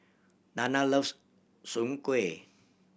Dana loves Soon Kueh